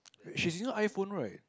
she's using iPhone right